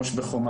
היתה לפחות,